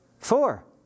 Four